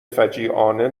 فجیعانه